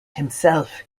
himself